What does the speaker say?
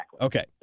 Okay